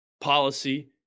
policy